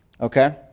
okay